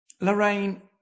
Lorraine